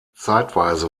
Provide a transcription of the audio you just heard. zeitweise